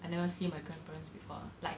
I never see my grandparents before like